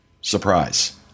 surprise